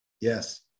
Yes